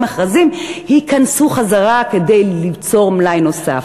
מכרזים ייכנסו חזרה כדי ליצור מלאי נוסף.